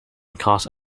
cause